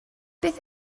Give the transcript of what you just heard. beth